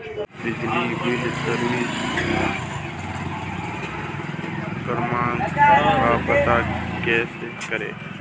बिजली bill service क्रमांक का पता कैसे करें?